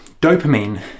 dopamine